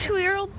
TWO-YEAR-OLD